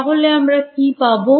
তাহলে আমরা কি পাব